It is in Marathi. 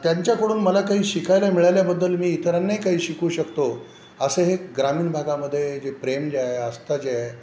त्यांच्याकडून मला काही शिकायला मिळाल्याबद्दल मी इतरांनाही काही शिकू शकतो असे हे ग्रामीण भागामध्ये जे प्रेम जे आहे आस्था जे आहे